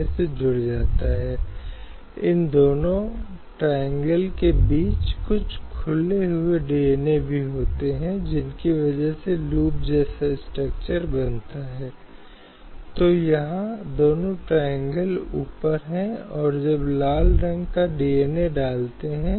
क्योंकि जैसा की हमने कहा कि तलाक के मामले में महिलाओं को अपने आप पर ही छोड़ दिया जाता है कई बार उनके पास आर्थिक संसाधन नहीं होते हैं और उन्हें केवल उस रखरखाव पर निर्भर रहना पड़ता है जो पति से देय होता है